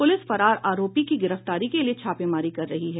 police फरार आरोपी की गिरफ्तारी के लिए छापेमारी कर रही है